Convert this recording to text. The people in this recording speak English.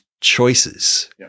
choices